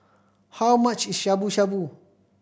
how much Shabu Shabu